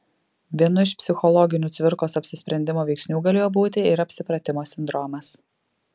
vienu iš psichologinių cvirkos apsisprendimo veiksnių galėjo būti ir apsipratimo sindromas